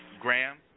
Graham